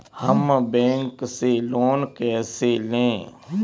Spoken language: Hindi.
हम बैंक से लोन कैसे लें?